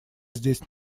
здесь